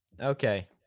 Okay